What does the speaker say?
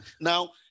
Now